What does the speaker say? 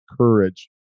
courage